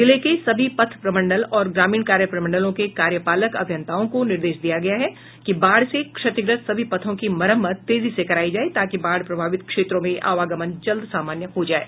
जिले के सभी पथ प्रमंडल और ग्रामीण कार्य प्रमंडलों के कार्यपालक अभियंताओं को निर्देश दिया गया हैं कि बाढ़ से क्षतिग्रस्त सभी पथों की मरम्मत तेजी से कराई जाये ताकि बाढ़ प्रभवित क्षेत्रों में आवागमन जल्द सामान्य हो जाये